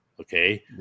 Okay